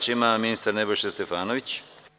Reč ima ministar Nebojša Stefanović.